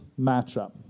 matchup